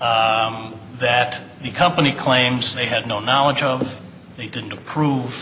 that the company claims they had no knowledge of he didn't approve